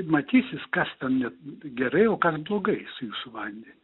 matysis kas ten net gerai o kas blogai su jūsų vandeniu